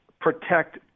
protect